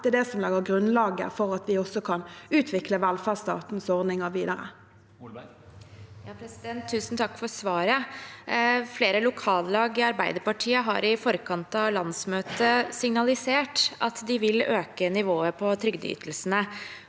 Det er det som legger grunnlaget for at vi kan utvikle velferdsstatens ordninger videre. Anna Molberg (H) Tusen takk for svaret. Flere lokallag i Arbeiderpartiet har i forkant av landsmøtet signalisert at de vil øke nivået på trygdeytelsene,